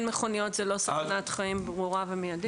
מכוניות זה לא סכנת חיים ברורה ומיידית.